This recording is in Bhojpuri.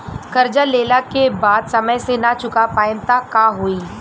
कर्जा लेला के बाद समय से ना चुका पाएम त का होई?